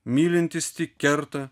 mylintis tik kerta